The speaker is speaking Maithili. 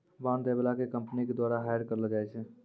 बांड दै बाला के कंपनी के द्वारा हायर करलो जाय छै